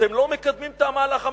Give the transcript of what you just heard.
אתם לא מקדמים את המהלך המדיני,